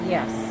Yes